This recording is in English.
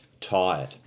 Tired